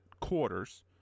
quarters